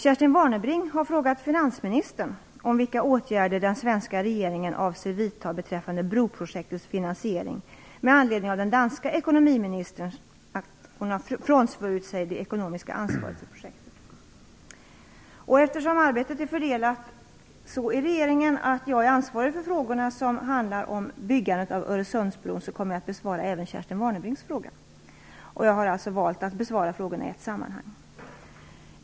Kerstin Warnerbring har frågat finansministern om vilka åtgärder den svenska regeringen avser att vidta beträffande broprojektets finansiering med anledning av att den danska ekonomiministern frånsvurit sig det ekonomiska ansvaret för projektet. Eftersom arbetet är så fördelat i regeringen att jag är ansvarig för frågor rörande byggandet av Öresundsbron kommer jag att besvara även Kerstin Jag har valt att besvara frågorna i ett sammanhang.